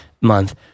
month